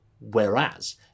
whereas